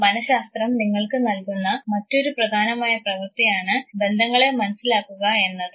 മനഃശാസ്ത്രം നിങ്ങൾക്ക് നൽകുന്ന മറ്റൊരു പ്രധാനമായ പ്രവർത്തിയാണ് ബന്ധങ്ങളെ മനസ്സിലാക്കുക എന്നത്